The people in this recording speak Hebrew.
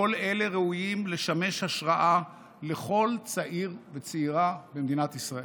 כל אלו ראויים לשמש השראה לכל צעיר וצעירה במדינת ישראל.